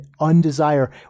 undesire